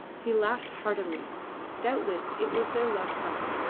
he laughed heartily doubtless it was their love-song.